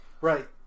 Right